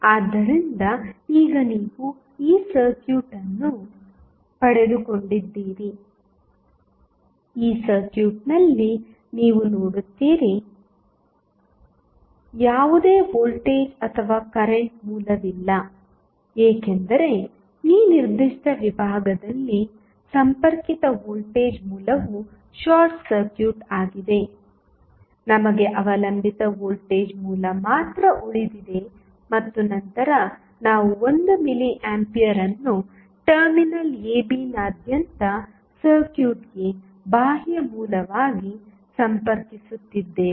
ಆದ್ದರಿಂದ ಈಗ ನೀವು ಈ ಸರ್ಕ್ಯೂಟ್ ಅನ್ನು ಪಡೆದುಕೊಂಡಿದ್ದೀರಿ ಈ ಸರ್ಕ್ಯೂಟ್ನಲ್ಲಿ ನೀವು ನೋಡುತ್ತೀರಿ ಯಾವುದೇ ವೋಲ್ಟೇಜ್ ಅಥವಾ ಕರೆಂಟ್ ಮೂಲವಿಲ್ಲ ಏಕೆಂದರೆ ಈ ನಿರ್ದಿಷ್ಟ ವಿಭಾಗದಲ್ಲಿ ಸಂಪರ್ಕಿತ ವೋಲ್ಟೇಜ್ ಮೂಲವು ಶಾರ್ಟ್ ಸರ್ಕ್ಯೂಟ್ ಆಗಿದೆ ನಮಗೆ ಅವಲಂಬಿತ ವೋಲ್ಟೇಜ್ ಮೂಲ ಮಾತ್ರ ಉಳಿದಿದೆ ಮತ್ತು ನಂತರ ನಾವು 1 ಮಿಲಿ ಆಂಪಿಯರ್ ಅನ್ನು ಟರ್ಮಿನಲ್ abನಾದ್ಯಂತ ಸರ್ಕ್ಯೂಟ್ಗೆ ಬಾಹ್ಯ ಮೂಲವಾಗಿ ಸಂಪರ್ಕಿಸುತ್ತಿದ್ದೇವೆ